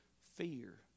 fear